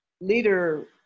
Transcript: leader